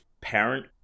parent